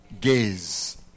Gaze